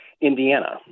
Indiana